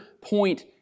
point